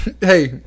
hey